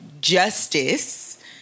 justice